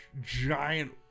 giant